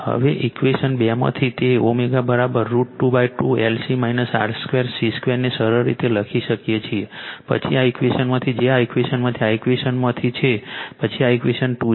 હવે ઈક્વેશન 2 માંથી તેથી ω √22 L C R 2 C 2 ને સરળ રીતે લખી શકીએ છીએ પછી આ ઈક્વેશનમાંથી જે આ ઈક્વેશનમાંથી આ ઈક્વેશનમાંથી છે હવે આ ઈક્વેશન 2 છે